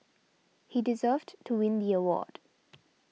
he deserved to win the award